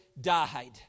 died